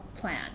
plan